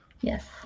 Yes